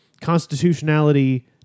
Constitutionality